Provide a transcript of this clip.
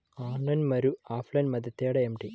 Online మరియు offline మధ్య తేడా ఏమిటీ?